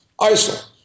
ISIL